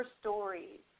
stories